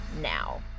Now